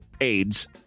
AIDS